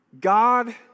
God